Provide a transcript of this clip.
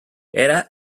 era